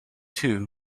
too